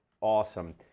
awesome